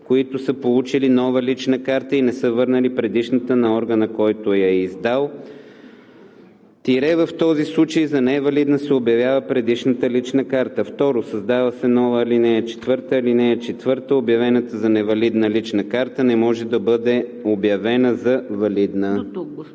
които са получили нова лична карта и не са върнали предишната на органа, който я е издал – в този случай за невалидна се обявява предишната лична карта.“ 2. Създава се нова ал. 4: „(4) Обявена за невалидна лична карта не може да бъде обявена за валидна.“